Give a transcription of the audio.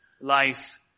life